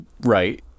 Right